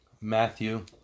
Matthew